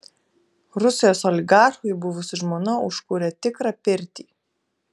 rusijos oligarchui buvusi žmona užkūrė tikrą pirtį